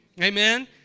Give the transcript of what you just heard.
Amen